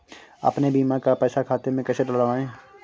अपने बीमा का पैसा खाते में कैसे डलवाए?